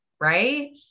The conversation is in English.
Right